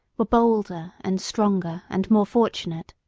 were bolder and stronger and more fortunate.